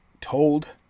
Told